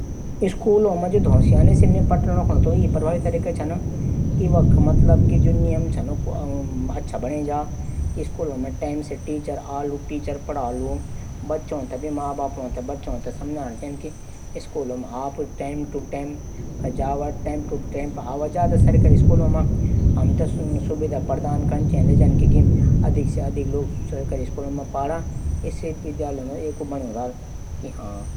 कै दगड शादी कनू सबसे पहले वेकू बारे मा जनणू जरूरी चा कि वू शादी से खुस छै की नी। कखि ऊ अपड परिवार दबाब मा शादी त नी कनू। क्या ऊ तुमथे पंशद करूदु करदी।